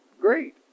great